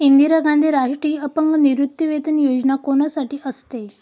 इंदिरा गांधी राष्ट्रीय अपंग निवृत्तीवेतन योजना कोणासाठी असते?